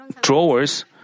drawers